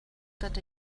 that